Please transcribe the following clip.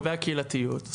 ולגבי הקהילתיות?